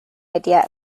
idea